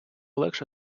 легше